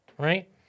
Right